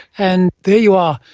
and there you are,